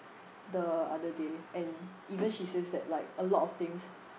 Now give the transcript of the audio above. the other day and even she says that like a lot of things